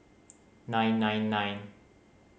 nine nine nine